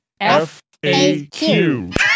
FAQ